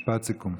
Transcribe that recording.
משפט סיכום.